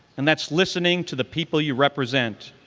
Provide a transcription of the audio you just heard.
and that's listening to the people you represent.